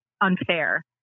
unfair